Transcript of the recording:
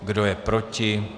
Kdo je proti?